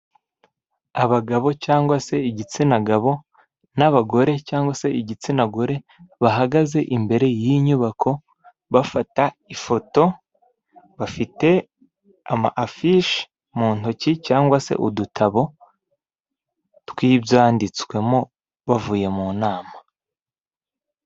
Abagabo cyangwa se igitsina gabo n'abagore cyangwa se igitsina gore bahagaze imbere y'inyubako bafata ifoto bafite ama afishi mu ntoki cyangwa se udutabo twibyanditswemo bavuye munama.